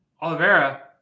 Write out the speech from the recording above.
Oliveira